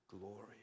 glory